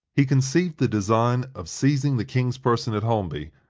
he conceived the design of seizing the king's person at holmby,